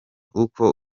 uko